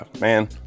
Man